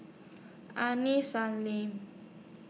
Aini Salim